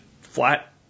flat